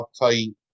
uptight